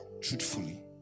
truthfully